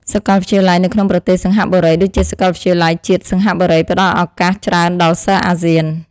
សាកលវិទ្យាល័យនៅក្នុងប្រទេសសិង្ហបុរីដូចជាសាកលវិទ្យាល័យជាតិសិង្ហបុរីផ្តល់ឱកាសច្រើនដល់សិស្សអាស៊ាន។